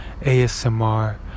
ASMR